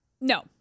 No